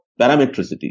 parametricity